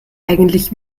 eigentlich